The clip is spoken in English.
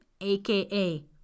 aka